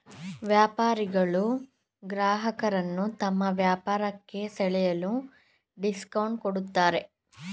ವ್ಯಾಪಾರಿಗಳು ಗ್ರಾಹಕರನ್ನು ತಮ್ಮ ವ್ಯಾಪಾರಕ್ಕೆ ಸೆಳೆಯಲು ಡಿಸ್ಕೌಂಟ್ ಕೊಡುತ್ತಾರೆ